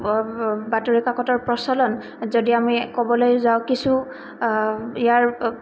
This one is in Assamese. বাতৰি কাকতৰ প্ৰচলন যদি আমি ক'বলৈ যাওঁ কিছু ইয়াৰ